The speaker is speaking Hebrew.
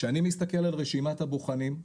שאני מסתכל על רשימת הבוחנים,